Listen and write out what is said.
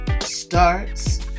starts